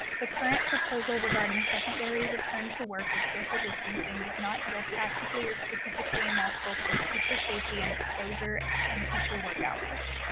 the current proposal regarding secondary return to work with social distancing does not deal practically or specifically enough, both with teacher safety and exposure and teacher work hours.